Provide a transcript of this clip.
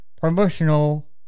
promotional